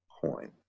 coin